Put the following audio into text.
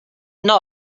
not